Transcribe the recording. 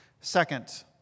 second